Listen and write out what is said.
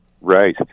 Right